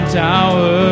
tower